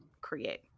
create